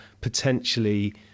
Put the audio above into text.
potentially